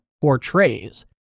portrays